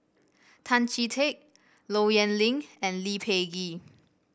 Tan Chee Teck Low Yen Ling and Lee Peh Gee